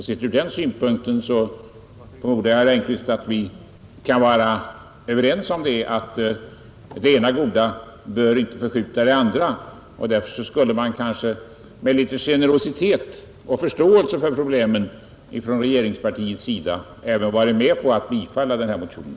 Sett ur den synpunkten tror jag, herr Engkvist, att vi kan vara överens om att det ena goda inte bör förskjuta det andra. Därför skulle man kanske med litet generositet och förståelse för problemen från regeringspartiet även kunna vara med om att bifalla denna motion.